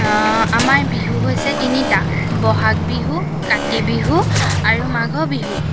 আমাৰ বিহু হৈছে তিনিটা বহাগ বিহু কাতি বিহু আৰু মাঘ বিহু